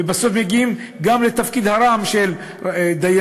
ובסוף מגיעים גם לתפקיד הרם של דיינים